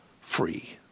free